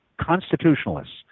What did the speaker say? constitutionalists